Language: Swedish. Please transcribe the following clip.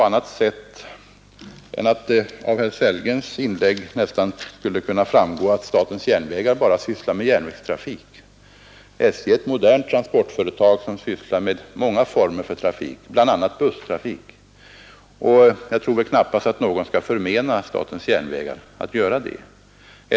Av herr Sellgrens inlägg verkar det som om SJ bara sysslar med järnvägstrafik. SJ är emellertid ett modernt transportföretag som sysslar med många sorters trafik, bl.a. busstrafik. Jag tror knappast att någon förmenar SJ rätten att göra det.